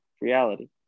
reality